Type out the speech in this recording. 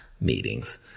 meetings